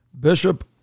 Bishop